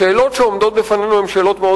השאלות שעומדות בפנינו הן שאלות מאוד